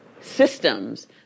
systems